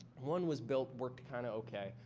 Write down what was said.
one was built worked kind of okay.